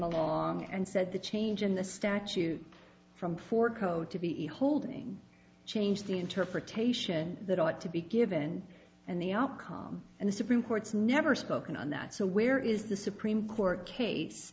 reclaimable and said the change in the statute from four code to be holding change the interpretation that ought to be given and the outcome and the supreme court's never spoken on that so where is the supreme court case